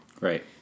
Right